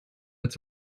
its